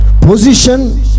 position